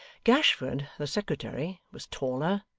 gashford, the secretary, was taller,